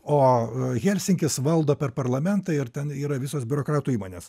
o helsinkis valdo per parlamentą ir ten yra visos biurokratų įmonės